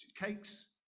cakes